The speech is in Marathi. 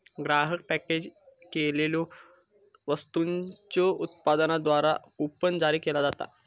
ग्राहक पॅकेज केलेल्यो वस्तूंच्यो उत्पादकांद्वारा कूपन जारी केला जाता